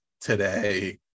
today